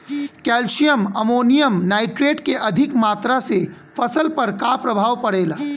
Calcium ammonium nitrate के अधिक मात्रा से फसल पर का प्रभाव परेला?